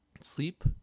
Sleep